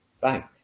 Bank